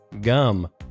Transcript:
Gum